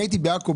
אני הייתי בעכו,